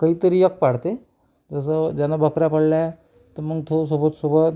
काहीतरी एक पाळते जसं ज्यानं बकऱ्या पाळल्या तर मग तो सोबत सोबत